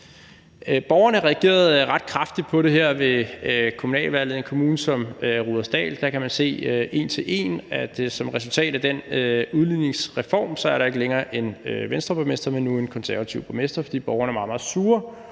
Borgerne reagerede ret kraftigt på det her ved kommunalvalget. I en kommune som Rudersdal kan man se en til en, at som resultat af den udligningsreform er der ikke længere en Venstreborgmester, men nu en konservativ borgmester, fordi borgerne er blevet meget,